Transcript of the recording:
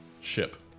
ship